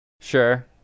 sure